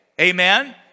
Amen